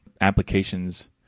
applications